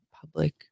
public